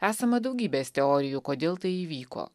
esama daugybės teorijų kodėl tai įvyko